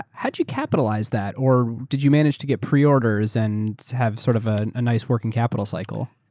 how did you capitalize that or did you manage to get pre-orders and have sort of ah a nice working capital cycle?